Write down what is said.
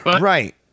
right